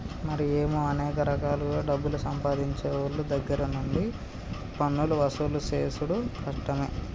మరి ఏమో అనేక రకాలుగా డబ్బులు సంపాదించేవోళ్ళ దగ్గర నుండి పన్నులు వసూలు సేసుడు కట్టమే